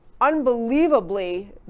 unbelievably